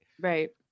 right